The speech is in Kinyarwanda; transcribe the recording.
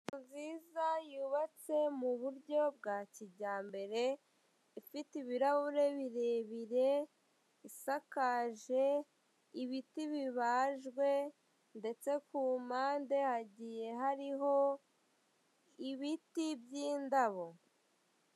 Inzu nziza yubatswe mu buryo bwa kijyambere, ifite ibirahure birebere, isakaje ibiti bibajwe, ndetse ku mpande hagiye hariho ibiti by'indabo.